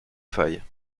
failles